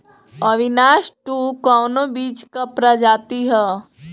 अविनाश टू कवने बीज क प्रजाति ह?